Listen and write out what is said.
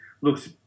looks